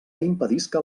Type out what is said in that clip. impedisca